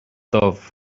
dubh